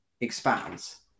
expands